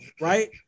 right